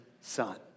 son